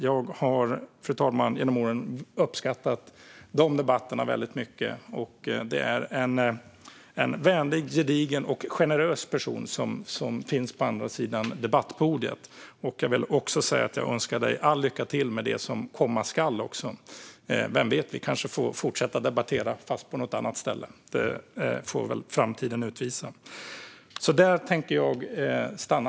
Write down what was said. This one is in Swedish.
Jag har, fru talman, genom åren uppskattat de debatterna väldigt mycket. Det är en vänlig, gedigen och generös person som finns på andra sidan debattpodiet. Jag önskar dig också all lycka till med det som komma skall. Vem vet, vi kanske får fortsätta debattera fast på något annat ställe. Det får framtiden utvisa.